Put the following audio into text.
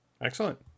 Excellent